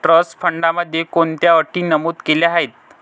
Trust फंडामध्ये कोणत्या अटी नमूद केल्या आहेत?